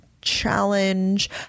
challenge